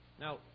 Now